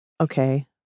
okay